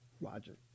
Roger